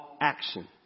action